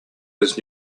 his